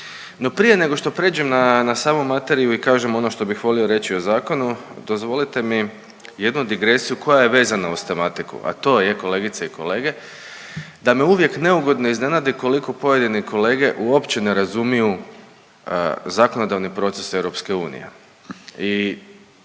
prije nego što pređem na samu materiju i kažem ono što bih volio reći o zakonu dozvolite mi jednu digresiju koja je vezana uz tematiku, a to je kolegice i kolege da me uvijek neugodno iznenadi koliko pojedini kolege uopće ne razumiju zakonodavni proces EU i